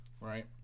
Right